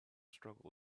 struggle